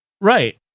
Right